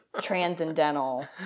transcendental